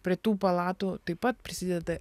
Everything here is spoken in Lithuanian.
prie tų palatų taip pat prisideda